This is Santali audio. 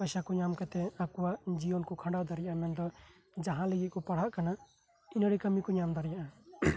ᱯᱚᱭᱥᱟ ᱠᱚ ᱧᱟᱢ ᱠᱟᱛᱮ ᱟᱠᱚᱣᱟᱜ ᱡᱤᱭᱚᱱ ᱠᱚ ᱠᱷᱟᱸᱰᱟᱣ ᱫᱟᱲᱮᱭᱟᱜᱼᱟ ᱢᱮᱱᱫᱚ ᱡᱟᱦᱟᱸ ᱨᱮᱜᱮ ᱠᱚ ᱯᱟᱲᱦᱟᱜ ᱠᱟᱱᱟ ᱤᱱᱟᱹ ᱨᱮᱜᱮ ᱠᱟᱹᱢᱤ ᱠᱚ ᱧᱟᱢ ᱫᱟᱲᱮᱭᱟᱜᱼᱟ